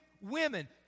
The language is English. women